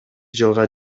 жылга